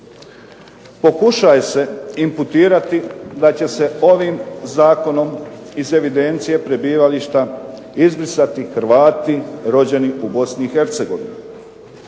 Pokušava se imputirati da će se ovim zakonom iz evidencije prebivališta izbrisati Hrvati rođeni u Bosni